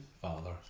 father